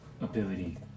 ability